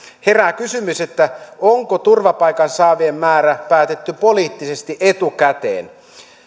herää kysymys onko turvapaikan saavien määrä päätetty poliittisesti etukäteen